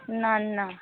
ना ना